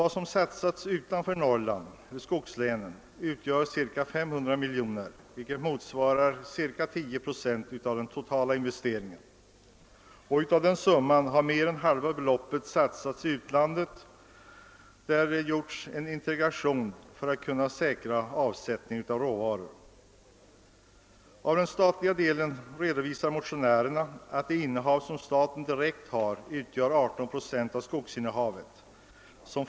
Vad som satsats utanför Norrlands skogslän utgör cirka 500 miljoner vilket motsvarar cirka 10 procent av de totala investeringarna. Av den suman har mer än hälften satsats i utlandet; genom en integration där har man velat säkra råvaruavsättningen. Motionärerna redovisar att statens direkta innehav, vilket förvaltas av domänverket, utgör 18 procent av skogsinnehavet.